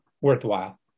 worthwhile